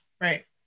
Right